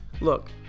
Look